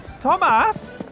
Thomas